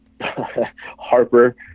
Harper